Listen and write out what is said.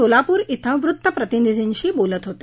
सोलापूर इथं ते वृत्त प्रतिनिधींशी बोलत होते